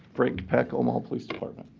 frank peck, omaha police department.